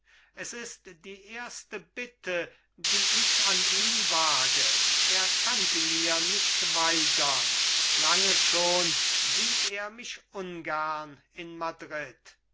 es ist die erste bitte die ich an ihn wage er kann sie mir nicht weigern lange schon sieht er mich ungern in madrid